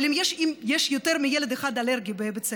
אבל אם יש יותר מילד אחד אלרגי בבית ספר,